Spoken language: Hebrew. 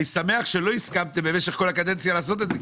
אני שמח שלא הסכמתם במשך כל הקדנציה לעשות את זה,